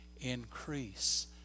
Increase